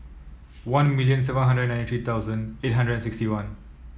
one million seven hundred ninety three thousand eight hundred and sixty one